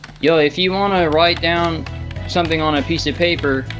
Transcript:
yo, if you wanna write down something on a piece of paper,